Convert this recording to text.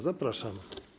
Zapraszam.